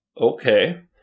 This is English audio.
Okay